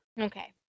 Okay